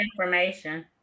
information